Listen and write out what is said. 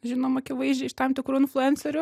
žinom akivaizdžiaiiš tam tikrų influencerių